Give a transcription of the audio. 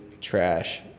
trash